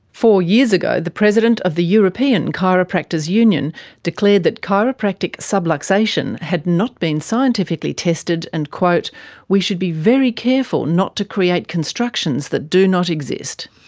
four years ago the president of the european chiropractors union declared that chiropractic subluxation had not been scientifically tested and we should be very careful not to create constructions that do not exist.